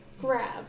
grab